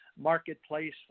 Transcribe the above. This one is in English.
marketplace